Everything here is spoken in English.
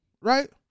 right